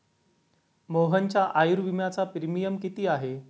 मोहनच्या आयुर्विम्याचा प्रीमियम किती आहे?